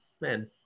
man